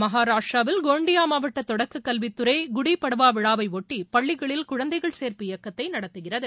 மகாராஷ்டிராவில் கோண்டியா மாவட்ட தொடக்க கல்வித்துறை குடிபட்வா விழாவைபொட்டி பள்ளிகளில் குழந்தைகள் சேர்ப்பு இயக்கத்தை நடத்துகிறது